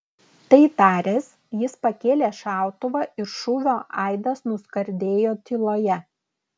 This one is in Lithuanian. tai taręs jis pakėlė šautuvą ir šūvio aidas nuskardėjo tyloje